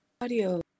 audio